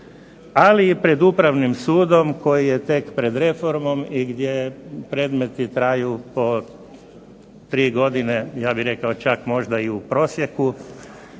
ali i pred Upravnim sudom koji je tek pred reformom i gdje predmeti traju po tri godine ja bih rekao čak možda i u prosjeku